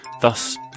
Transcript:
Thus